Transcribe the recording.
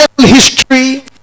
history